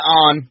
on